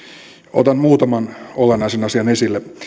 otan muutaman olennaisen asian esille